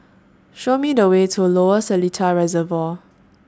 Show Me The Way to Lower Seletar Reservoir